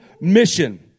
mission